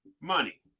money